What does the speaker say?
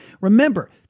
Remember